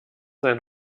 sein